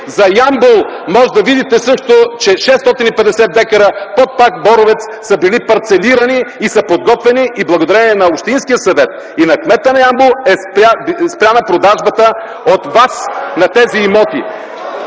За Ямбол може да видите също, че 650 дка под парк „Боровец” са били парцелирани и са подготвени. Благодарение на общинския съвет и на кмета на Ямбол е спряна продажбата от вас на тези имоти.